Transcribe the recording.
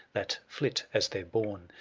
that flit as theyve borne.